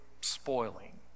spoiling